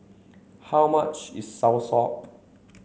how much is soursop